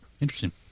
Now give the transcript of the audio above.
Interesting